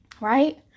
right